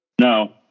No